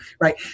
Right